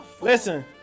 listen